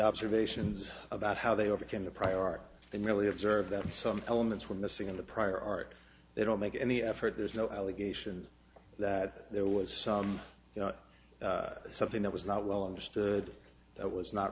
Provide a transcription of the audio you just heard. observations about how they overcame the prior art and really observe that some elements were missing in the prior art they don't make any effort there's no allegation that there was some you know something that was not well understood that was not